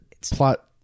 plot